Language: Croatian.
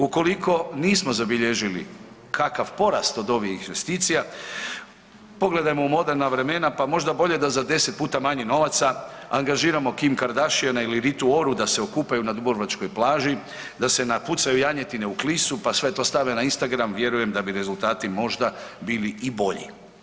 Ukoliko nismo zabilježili kakav porast od ovih investicija, pogledamo moderna vremena pa možda bolje da za 10 puta manje novaca angažiramo Kim Kardashiana ili Ritu Oru da se okupaju na dubrovačkoj plaći, da se napucaju janjetine u Klisu pa sve to stave na Instangram vjerujem da bi rezultati možda bili i bolji.